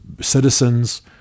citizens